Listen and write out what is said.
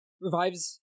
revives